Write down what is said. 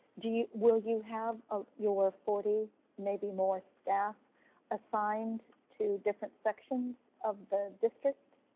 do you, will you have ah your forty maybe more staff assigned to different sections of the district?